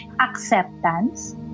acceptance